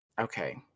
Okay